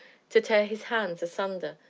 to tear his hands asunder,